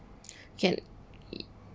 can